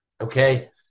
okay